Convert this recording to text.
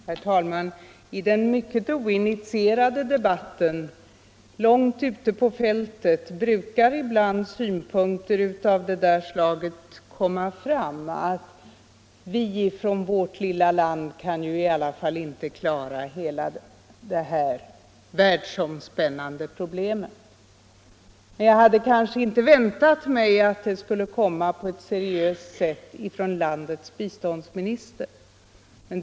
Herr talman! I populärdebatten långt ute på fältet brukar ibland synpunkter av det där slaget komma fram, att vi från vårt lilla land ju i alla fall inte kan klara hela det här världsomspännande problemet. Men jag hade kanske inte väntat mig att de skulle föras fram på ett seriöst sätt från landets biståndsminister.